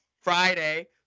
Friday